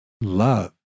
love